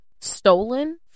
stolen